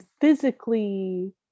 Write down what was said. physically